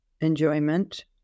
enjoyment